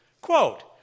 Quote